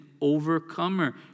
overcomer